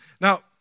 Now